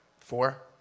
Four